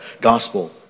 gospel